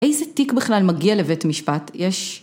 איזה תיק בכלל מגיע לבית משפט? יש...